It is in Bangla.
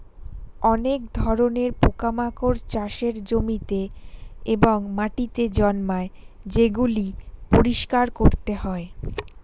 অনেক ধরণের পোকামাকড় চাষের জমিতে এবং মাটিতে জন্মায় যেগুলি পরিষ্কার করতে হয়